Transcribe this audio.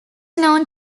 known